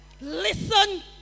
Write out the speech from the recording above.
listen